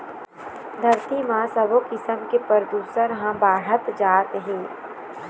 धरती म सबो किसम के परदूसन ह बाढ़त जात हे